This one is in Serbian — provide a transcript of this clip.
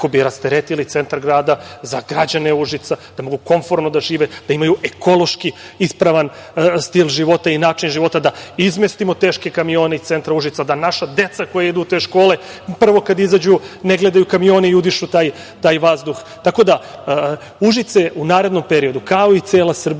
kako bi rasteretili centar grada za građane Užica, da mogu komforno da žive, da imaju ekološki ispravan stil života i način života, da izmestimo teške kamione iz centra Užica, da naša deca koja idu u te škole prvo kada izađe ne gledaju kamione i udišu taj vazduh. Tako da, Užice u narednom periodu, kao i cela Srbija,